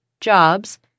jobs